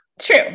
True